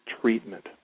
treatment